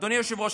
אדוני היושב-ראש,